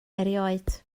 erioed